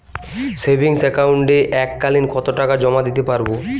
Savings একাউন্টে এক কালিন কতটাকা জমা দিতে পারব?